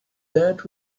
that